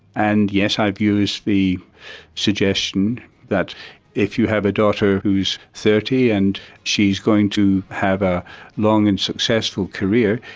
and yes, i've used the suggestion that if you have a daughter who's thirty and she's going to have a long and successful career,